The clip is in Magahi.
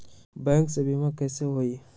बैंक से बिमा कईसे होई?